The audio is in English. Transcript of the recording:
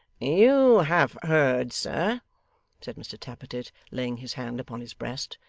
you have heard, sir said mr tappertit, laying his hand upon his breast,